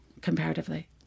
comparatively